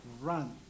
run